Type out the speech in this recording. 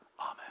Amen